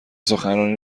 سخنرانی